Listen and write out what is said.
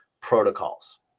protocols